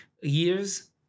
years